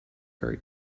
very